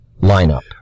lineup